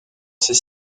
ces